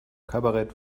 kabarett